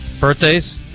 birthdays